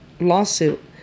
lawsuit